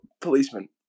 Policeman